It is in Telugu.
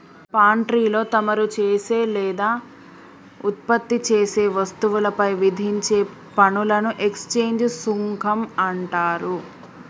పాన్ట్రీలో తమరు చేసే లేదా ఉత్పత్తి చేసే వస్తువులపై విధించే పనులను ఎక్స్చేంజ్ సుంకం అంటారు